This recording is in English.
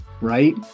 right